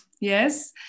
Yes